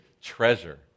treasure